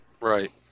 Right